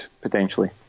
potentially